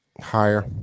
higher